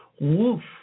woof